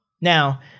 Now